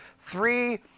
three